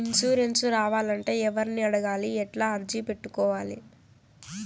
Insurance రావాలంటే ఎవర్ని అడగాలి? ఎట్లా అర్జీ పెట్టుకోవాలి?